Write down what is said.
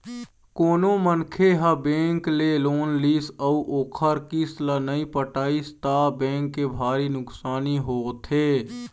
कोनो मनखे ह बेंक ले लोन लिस अउ ओखर किस्त ल नइ पटइस त बेंक के भारी नुकसानी होथे